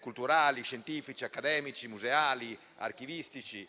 (culturali, scientifici, accademici, museali e archivistici).